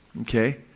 Okay